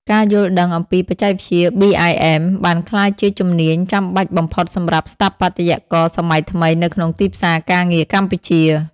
ការយល់ដឹងអំពីបច្ចេកវិទ្យា BIM បានក្លាយជាជំនាញចាំបាច់បំផុតសម្រាប់ស្ថាបត្យករសម័យថ្មីនៅក្នុងទីផ្សារការងារកម្ពុជា។